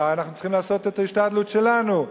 אנחנו צריכים לעשות את ההשתדלות שלנו,